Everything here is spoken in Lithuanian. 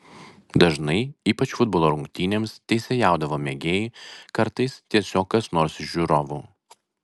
dažnai ypač futbolo rungtynėms teisėjaudavo mėgėjai kartais tiesiog kas nors iš žiūrovų